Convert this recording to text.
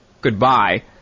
goodbye